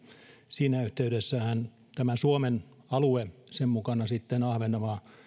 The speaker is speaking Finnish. siinä yhteydessähän tämä suomen alue ja sen mukana ahvenanmaa sitten